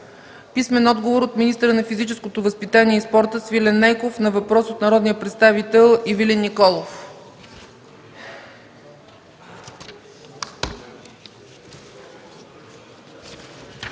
Хасан Адемов; - министъра на физическото възпитание и спорта Свилен Нейков на въпрос от народния представител Ивелин Николов.